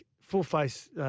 full-face